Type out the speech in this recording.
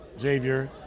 Xavier